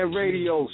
radio